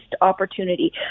opportunity